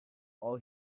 all